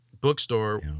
bookstore